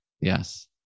Yes